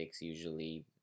usually